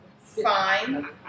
fine